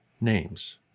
names